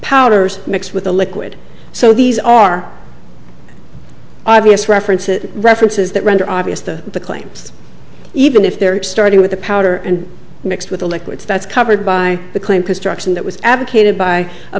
powders mixed with a liquid so these are obvious references references that render obvious to the claims even if they're starting with the powder and mixed with the liquids that's covered by the claim construction that was advocated by a